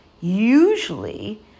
usually